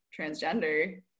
transgender